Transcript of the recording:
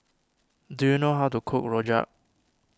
do you know how to cook Rojak